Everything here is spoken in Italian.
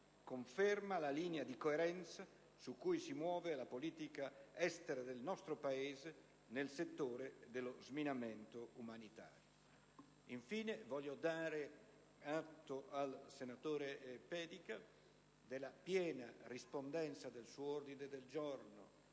conferma la linea di coerenza su cui si muove la politica estera del nostro Paese nel settore dello sminamento umanitario. Infine, voglio dare atto al senatore Pedica della piena rispondenza del suo ordine del giorno